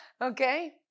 Okay